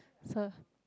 so